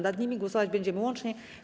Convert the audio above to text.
Nad nimi głosować będziemy łącznie.